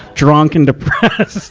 drunk and depressed.